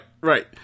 right